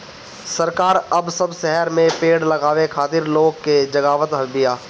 सरकार अब सब शहर में पेड़ लगावे खातिर लोग के जगावत बिया